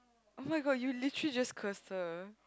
[oh]-my-god you literally just cursed her